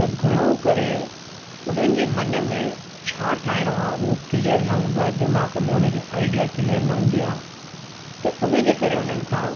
त घणो करे उन्हनि जे मन में छा ठाहिणो आहे उहो क्लीअर न हूंदो आहे दिमाग़ में उनजे आइडिया क्लीअर न हूंदी आहे त उनजे करे उन्हनि खां